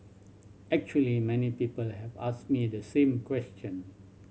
actually many people have asked me the same question